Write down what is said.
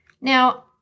Now